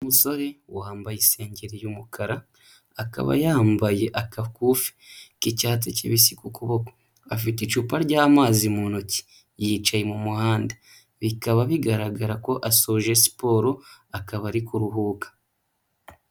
Umusore wambaye insengeri y'umukara, akaba yambaye agakufi k'icyatsi kibisi ku kuboko, afite icupa ry'amazi mu ntoki, yicaye mu muhanda, bikaba bigaragara ko asoje siporo akaba ari kuruhuka.